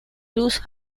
luz